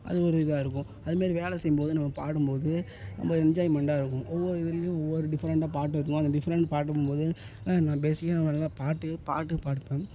அது ஒரு இதாக இருக்கும் அது மாதிரி வேலை செய்யும் போதும் நம்ம பாடும் போது ரொம்ப என்ஜாய்மெண்ட்டாக இருக்கும் ஒவ்வொரு இதுலேயும் ஒவ்வொரு டிஃப்ரெண்ட்டாக பாட்டு இருக்கும் போது அந்த டிஃப்ரெண்ட் பாடும் போது நான் பேசிக்காக நான் நல்லா பாட்டு பாட்டுக்கு படிப்பேன்